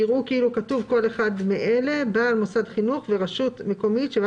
יראו כאילו כתוב "כל אחד מאלה : בעל מוסד חינוך" ו-"רשות מקומית שבה